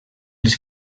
les